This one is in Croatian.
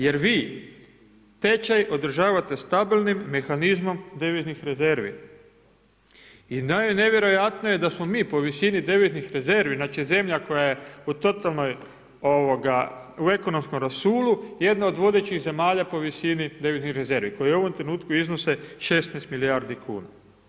Jer vi tečaj održavate stabilnim mehanizmom deviznih rezervi i nevjerojatno je da smo mi po visini deviznih rezervi, znači zemlja koja je u totalnoj, u ekonomskom rasulu jedna od vodećih zemalja po visini deviznih rezervi koje u ovom trenutku iznose 16 milijardi kuna.